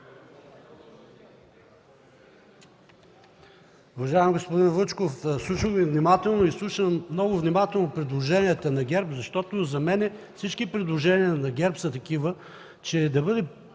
Уважаеми господин Вучков, слушам Ви внимателно и слушам много внимателно предложенията на ГЕРБ, защото за мен всички предложения на ГЕРБ са такива, че да бъде